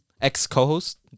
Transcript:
Ex-co-host